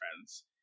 friends